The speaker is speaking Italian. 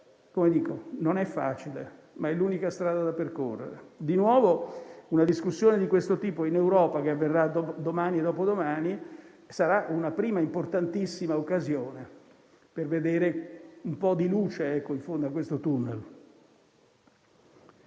Non è facile, ma è l'unica strada da percorrere. Di nuovo, una discussione di questo tipo in Europa, che avverrà domani e dopodomani, sarà una prima importantissima occasione per vedere un po' di luce in fondo a questo tunnel.